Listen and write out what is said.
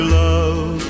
love